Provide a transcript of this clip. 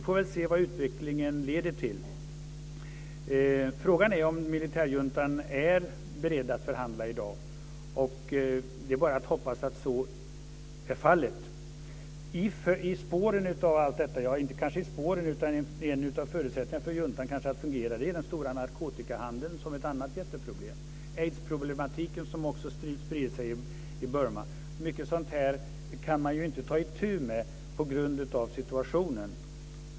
Vi får väl se vad utvecklingen leder till. Frågan är om militärjuntan är beredd att förhandla i dag. Det är bara att hoppas att så är fallet. En av förutsättningarna för juntan att fungera är den stora narkotikahandeln. Den är ett annat jätteproblem. Aidsproblematiken har också spridit sig i Burma. Det finns mycket sådant här, som man inte kan ta itu med på grund av situationen.